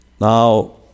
Now